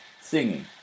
singing